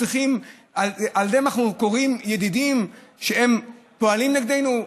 להם אנחנו קוראים ידידים, כשהם פועלים נגדנו?